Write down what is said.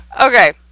Okay